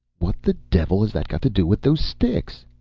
what the devil has that got to do with those sticks?